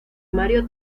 mario